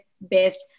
best